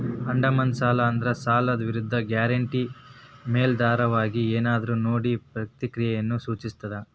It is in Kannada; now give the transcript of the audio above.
ಅಡಮಾನ ಸಾಲ ಅಂದ್ರ ಸಾಲದ್ ವಿರುದ್ಧ ಗ್ಯಾರಂಟಿ ಮೇಲಾಧಾರವಾಗಿ ಏನಾದ್ರೂ ನೇಡೊ ಪ್ರಕ್ರಿಯೆಯನ್ನ ಸೂಚಿಸ್ತದ